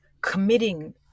committing